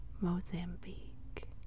Mozambique